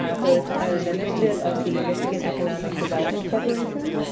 ah so it's an an initiative of the michigan economic development corporation.